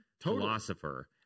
philosopher